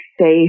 safe